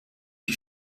die